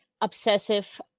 obsessive